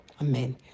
amen